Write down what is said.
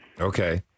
Okay